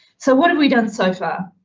so what have we done so far?